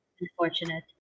Unfortunate